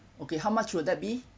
okay how much will that be